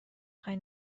خوای